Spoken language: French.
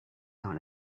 dans